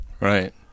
Right